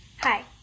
Hi